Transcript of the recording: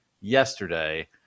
yesterday